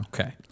Okay